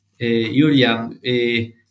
Julian